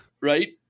Right